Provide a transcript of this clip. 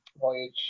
voyage